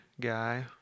guy